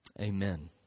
Amen